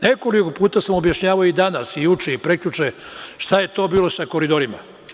Nekoliko puta sam objašnjavao i danas i juče i prekjuče šta je to bilo sa koridorima.